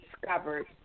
discovered